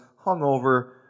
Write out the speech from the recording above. hungover